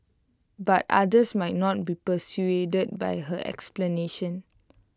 but others might not be so persuaded by her explanation